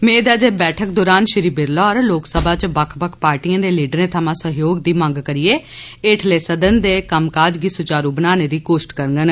मेद ऐ जे बैठक दौरान श्री बिरला होर लोकसभा च बक्ख बक्ख पार्टियें दे लीडरें थमां सहयोग दी मंग करियै एठले सदन दे कम्मकाज गी सुचारु बनाने दी कोश्ट करगंन